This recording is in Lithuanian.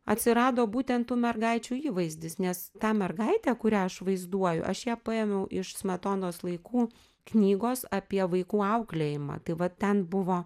atsirado būtent tų mergaičių įvaizdis nes tą mergaitę kurią aš vaizduoju aš ją paėmiau iš smetonos laikų knygos apie vaikų auklėjimą tai va ten buvo